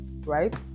Right